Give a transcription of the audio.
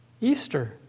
Easter